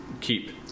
keep